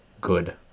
good